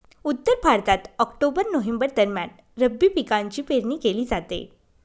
उत्तर भारतात October November दरम्यान रब्बी पिकांची पेरणी केली जाते